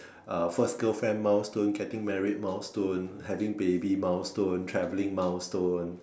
uh first girlfriend milestone getting married milestone having baby milestone travelling milestone